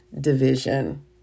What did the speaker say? division